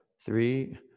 three